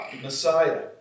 Messiah